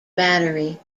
battery